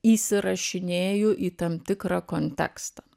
įsirašinėju į tam tikrą kontekstą